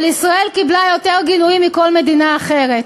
אבל ישראל קיבלה יותר גינויים מכל מדינה אחרת.